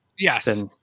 Yes